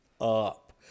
Up